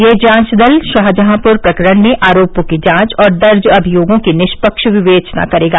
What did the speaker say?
यह जांच दल शाहजहांपुर प्रकरण में आरोपों की जांच और दर्ज अभियोगों की निष्पक्ष विवेचना करेगा